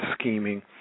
scheming